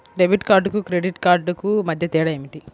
Debit కార్డుకు credit credit కార్డుకు మధ్య తేడా ఏమిటీ?